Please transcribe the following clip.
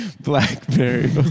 BlackBerry